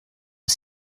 est